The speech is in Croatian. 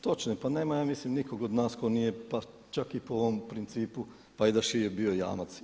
Točno je, pa nema ja mislim nikog od nas tko nije pa čak i po ovom principu pajdašije bio jamac.